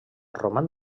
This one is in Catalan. roman